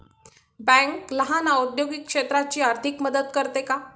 Bank लहान औद्योगिक क्षेत्राची आर्थिक मदत करते का?